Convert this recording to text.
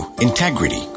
integrity